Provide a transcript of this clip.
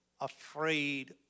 afraid